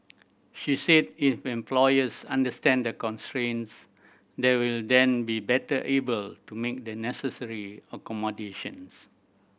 she said if employers understand the constraints they will then be better able to make the necessary accommodations